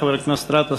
חבר הכנסת גטאס,